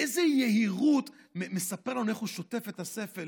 באיזו יהירות מספר לנו איך הוא שוטף את הספל,